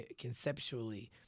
conceptually